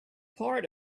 part